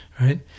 right